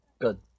Good